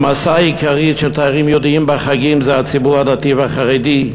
המאסה העיקרית של תיירים יהודים בחגים זה הציבור הדתי והחרדי,